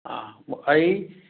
ꯑꯩ